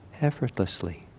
effortlessly